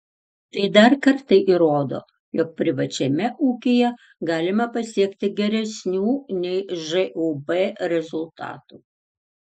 tai dar kartą įrodo jog privačiame ūkyje galima pasiekti geresnių nei žūb rezultatų